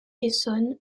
essonne